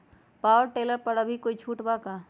Power tiller पर अभी कोई छुट बा का?